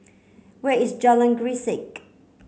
where is Jalan Grisek